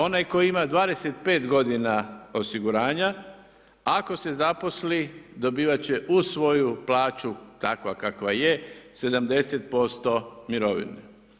Onaj koji ima 25 godina osiguranja, ako se zaposli dobivat će uz svoju plaću takva-kakva je, 70% mirovine.